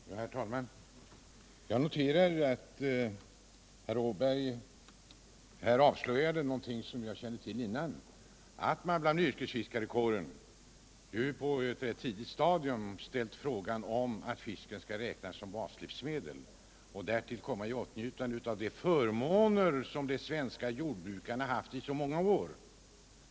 Herr talman" Jag noterar att herr Åberg här avslöjade någonting som jag visserligen kände till innan, men som inte varit känt av en större allmänhet, nämligen att yrkesfiskarkåren på ett rätt tidigt stadium ställde krav på att fisken skall räknas som baslivsmedel och därmed komma i åtnjutande av de förmåner som de svenska jordbrukarna haft i många år.